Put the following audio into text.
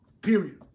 Period